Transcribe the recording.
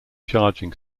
charging